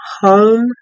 home